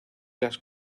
las